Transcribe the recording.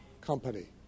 company